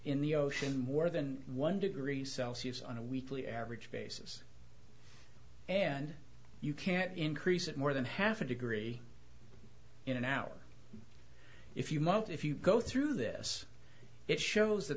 in the ocean more than one degree celsius on a weekly average basis and you can't increase it more than half a degree in an hour if you must if you go through this it shows that